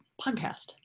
podcast